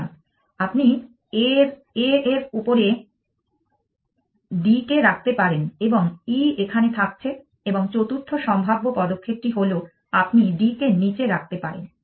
সুতরাং আপনি A এর উপরে D কে রাখতে পারেন এবং E এখানে থাকছে এবং চতুর্থ সম্ভাব্য পদক্ষেপটি হল আপনি D কে নিচে রাখতে পারেন